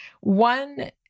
One